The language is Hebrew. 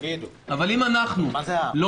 אבל אם אנחנו לא